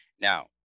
now